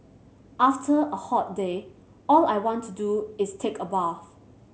after a hot day all I want to do is take a bath